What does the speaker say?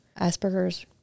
Asperger's